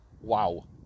wow